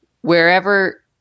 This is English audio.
Wherever